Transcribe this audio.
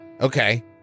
Okay